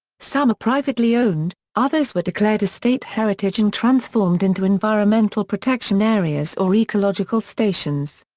some are privately owned, others were declared a state heritage and transformed into environmental protection areas or ecological stations.